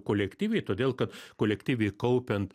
kolektyviai todėl kad kolektyviai kaupiant